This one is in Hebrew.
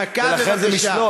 דקה, בבקשה.